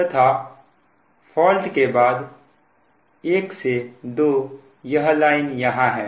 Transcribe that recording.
तथा फॉल्ट के बाद 1 से 2 यह लाइन यहां है